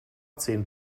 zehn